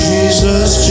Jesus